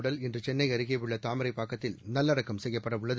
உடல் இன்று சென்னை அருகேயுள்ள தாமரைப்பாக்கத்தில் நல்லடக்கம் செய்யப்படவுள்ளது